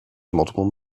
multiple